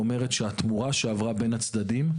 שאומרת שהתמורה שעברה בין הצדדים,